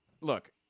look